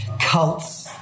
cults